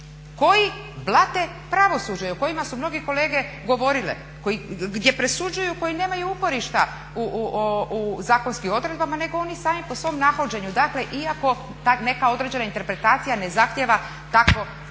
koji blate pravosuđe, o kojima su mnoge kolege govorile, gdje presuđuju, koji nemaju uporišta u zakonskim odredbama nego oni sami po svom nahođenju. Dakle iako neka određena interpretacija ne zahtjeva takvo